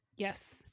Yes